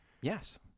Yes